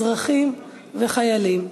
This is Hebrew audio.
אזרחים וחיילים.